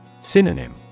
Synonym